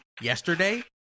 yesterday